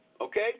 okay